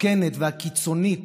המסוכנת והקיצונית